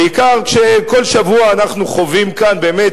בעיקר כשכל שבוע אנחנו חווים כאן באמת